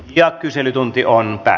ja kyselytunti on mutta